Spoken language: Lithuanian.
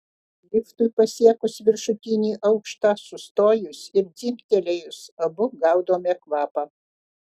liftui pasiekus viršutinį aukštą sustojus ir dzingtelėjus abu gaudome kvapą